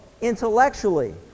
intellectually